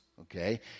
Okay